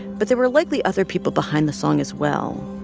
but there were likely other people behind the song as well,